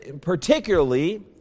particularly